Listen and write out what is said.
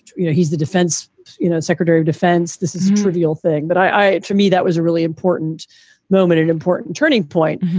you know, he's the defense you know secretary of defense. this is a trivial thing. but i it to me, that was a really important moment, an important turning point.